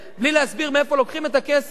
בלי להסביר מאיפה לוקחים את הכסף,